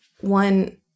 one